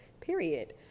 period